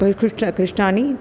प्रक्रुष्टकष्टानि